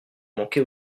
manquez